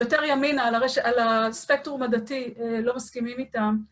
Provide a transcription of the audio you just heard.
יותר ימינה על הספקטור הדתי, לא מסכימים איתם.